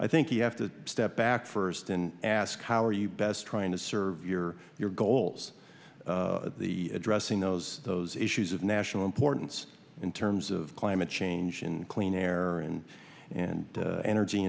i think you have to step back first and ask how are you best trying to serve your your goals the addressing those those issues of national importance in terms of climate change and clean air and and energy